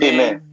Amen